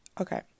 Okay